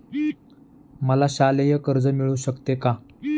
मला शालेय कर्ज मिळू शकते का?